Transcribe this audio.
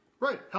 Right